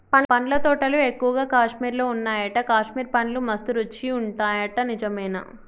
పండ్ల తోటలు ఎక్కువగా కాశ్మీర్ లో వున్నాయట, కాశ్మీర్ పండ్లు మస్త్ రుచి ఉంటాయట నిజమేనా